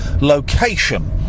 location